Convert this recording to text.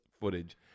footage